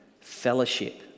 fellowship